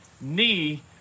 knee